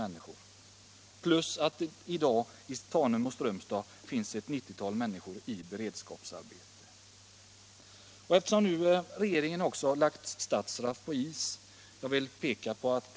Dessutom finns det i Tanum och Strömstad ett 90-tal människor i beredskapsarbete. Regeringen har nu också lagt Statsraff på is.